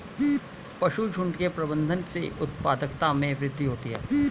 पशुझुण्ड के प्रबंधन से उत्पादकता में वृद्धि होती है